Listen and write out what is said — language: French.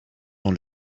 dans